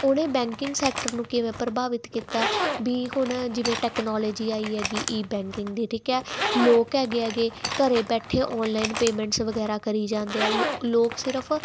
ਉਹਨੇ banking sector ਨੂੰ ਕਿਵੇਂ ਪ੍ਰਭਾਵਿਤ ਕੀਤਾ ਹੈ ਵੀ ਹੁਣ ਜਿਵੇਂ ਟੈਕਨੋਲੋਜੀ ਆਈ ਹੈਗੀ ਈ ਬੈਂਕਿੰਗ ਦੀ ਠੀਕ ਹੈ ਲੋਕ ਹੈਗੇ ਆ ਗੇ ਘਰ ਬੈਠੇ ਆਨਲਾਈਨ ਪੇਮੈਂਟਸ ਵਗੈਰਾ ਕਰੀ ਜਾਂਦੇ ਆ ਲੋ ਲੋਕ ਸਿਰਫ਼